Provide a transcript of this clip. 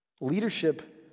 Leadership